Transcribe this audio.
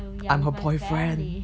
um ya with my family